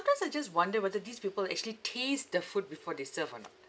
sometimes I just wonder whether these people actually taste the food before they serve or not